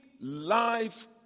life